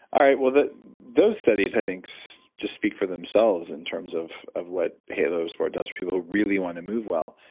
all right, well, those those studies, i think so just speak for themselves in terms of of what halo sport does. people really want to move well.